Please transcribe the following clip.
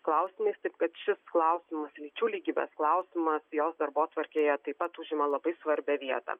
klausimais taip kad šis klausimas lyčių lygybės klausimas jos darbotvarkėje taip pat užima labai svarbią vietą